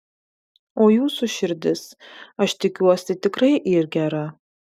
o jūsų širdis aš tikiuosi tikrai yr gera